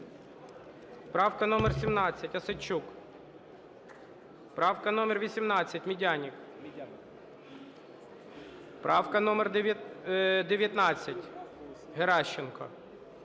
Правка номер 17, Осадчук. Правка номер 18, Медяник. Правка номер 19, Геращенко.